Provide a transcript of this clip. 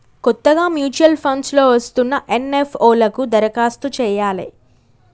కొత్తగా mutual funds లో వస్తున్న ఎన్.ఎఫ్.ఓ లకు దరఖాస్తు చెయ్యాలే